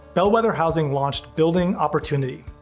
bellwether housing launched building opportunity,